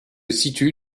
situe